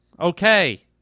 Okay